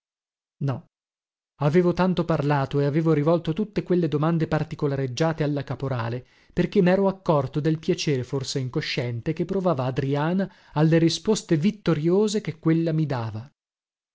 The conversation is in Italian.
no avevo tanto parlato e avevo rivolto tutte quelle domande particolareggiate alla caporale perché mero accorto del piacere forse incosciente che provava adriana alle risposte vittoriose che quella mi dava